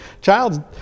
child